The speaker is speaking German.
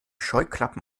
scheuklappen